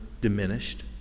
diminished